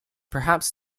perhaps